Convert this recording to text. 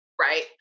Right